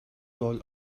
rol